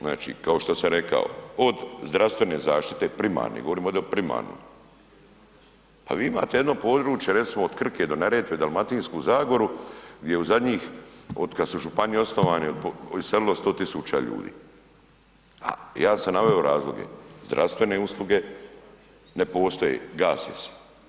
Znači kao što sam rekao od zdravstvene zaštite primarno, govorim ovdje o primarnom, pa vi imate jedno područje recimo od Krke do Neretve Dalmatinsku zagoru gdje u zadnjih od kada su županije osnovano iselilo 100.000 ljudi, a ja sam naveo razloge, zdravstvene usluge ne postoje, gase se.